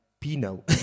Pino